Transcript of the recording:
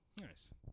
Nice